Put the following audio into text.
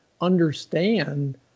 understand